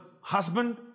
husband